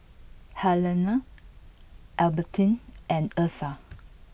Helena Albertine and Eartha